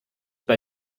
bei